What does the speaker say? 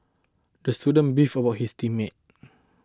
the student beefed were his team mate